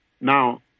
Now